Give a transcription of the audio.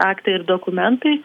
aktai ir dokumentai